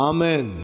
Amen